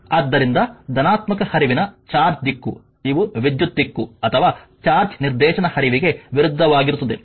ಆದ್ದರಿಂದ ಧನಾತ್ಮಕ ಹರಿವಿನ ಚಾರ್ಜ್ನ ದಿಕ್ಕು ಇವು ವಿದ್ಯುತ್ ದಿಕ್ಕು ಅಥವಾ ಚಾರ್ಜ್ನ ನಿರ್ದೇಶನ ಹರಿವಿಗೆ ವಿರುದ್ಧವಾಗಿರುತ್ತದೆ